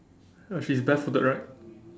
uh she's barefooted right